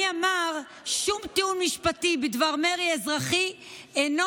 מי אמר: שום טיעון משפטי בדבר מרי אזרחי אינו